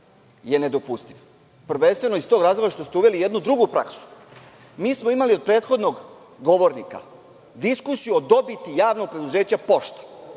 je nedopustiv. Prvenstveno iz tog razloga što ste uveli jednu drugu praksu. Mi smo imali od prethodnog govornika diskusiju o dobiti javnog preduzeća „Pošta“,